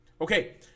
Okay